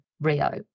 Rio